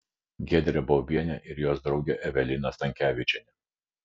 giedrė baubienė ir jos draugė evelina stankevičienė